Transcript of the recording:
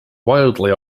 wildly